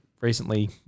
recently